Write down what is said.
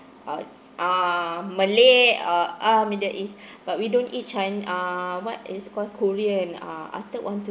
ah malay uh ah middle east but we don't eat chin~ ah what is called korean ah I thought want to